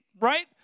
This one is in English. right